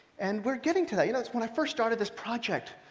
and we're getting to that. you know when i first started this project,